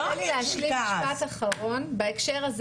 אם יורשה לי להשלים משפט אחרון דווקא